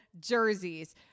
jerseys